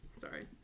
Sorry